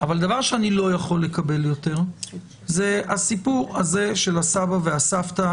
אבל דבר שאני לא יכול לקבל יותר זה הסיפור הזה של הסבא והסבתא.